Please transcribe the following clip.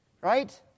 Right